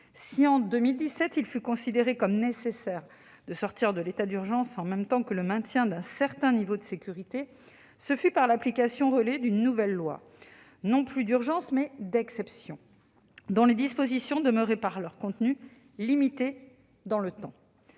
Si, en 2017, il a été considéré comme nécessaire de sortir de l'état d'urgence, en même temps que de maintenir un certain niveau de sécurité, ce fut par l'application relais d'une nouvelle loi, non plus d'urgence, mais d'exception, dont les dispositions demeuraient, par leur contenu, limitées dans le temps.